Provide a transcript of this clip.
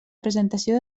presentació